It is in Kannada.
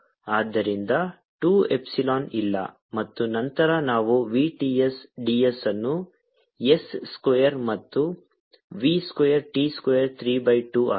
ಆದ್ದರಿಂದ 2 ಎಪ್ಸಿಲಾನ್ ಇಲ್ಲ ಮತ್ತು ನಂತರ ನಾವು v t s ds ಅನ್ನು s ಸ್ಕ್ವೇರ್ ಮತ್ತು v square t square 3 by 2 ಆಗಿದೆ